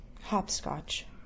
hopscotch